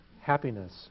happiness